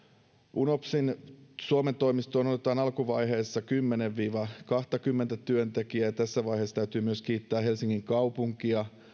unopsin suomen toimistoon otetaan alkuvaiheessa kymmenen viiva kaksikymmentä työntekijää tässä vaiheessa täytyy myös kiittää helsingin kaupunkia